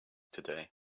today